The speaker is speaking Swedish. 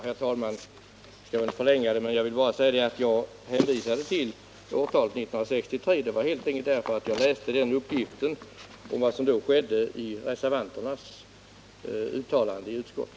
Herr talman! Jag vill inte förlänga debatten. Jag vill bara förklara att anledningen till att jag hänvisade till årtalet 1963 helt enkelt var att det årtalet nämns i reservationen vid utskottets betänkande.